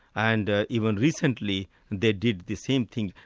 and even recently, they did the same thing.